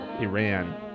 Iran